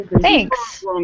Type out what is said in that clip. Thanks